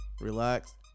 relax